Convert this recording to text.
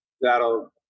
that'll